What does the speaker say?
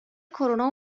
کرونا